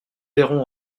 verrons